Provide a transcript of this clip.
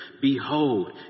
Behold